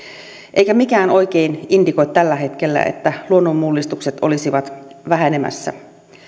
eikä mikään oikein indikoi tällä hetkellä että luonnonmullistukset olisivat vähenemässä